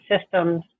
systems